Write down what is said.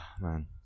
man